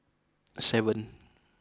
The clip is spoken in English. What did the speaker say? seven